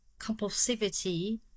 compulsivity